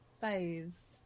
phase